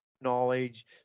knowledge